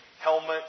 helmet